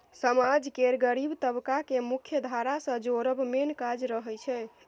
समाज केर गरीब तबका केँ मुख्यधारा सँ जोड़ब मेन काज रहय छै